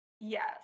Yes